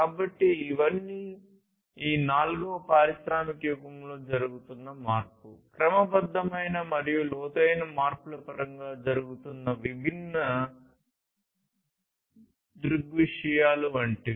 కాబట్టి ఇవన్నీ ఈ నాల్గవ పారిశ్రామిక యుగంలో జరుగుతున్న మార్పు క్రమబద్ధమైన మరియు లోతైన మార్పుల పరంగా జరుగుతున్న విభిన్న దృగ్విషయాల వంటివి